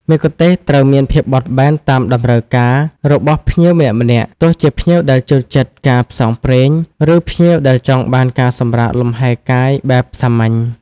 មគ្គុទ្ទេសក៍ត្រូវមានភាពបត់បែនតាមតម្រូវការរបស់ភ្ញៀវម្នាក់ៗ ទោះជាភ្ញៀវដែលចូលចិត្តការផ្សងព្រេង ឬភ្ញៀវដែលចង់បានការសម្រាកលម្ហែកាយបែបសាមញ្ញ។